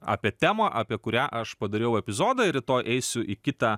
apie temą apie kurią aš padariau epizodą ir rytoj eisiu į kitą